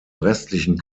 restlichen